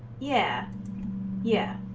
yeah yeah